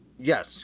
Yes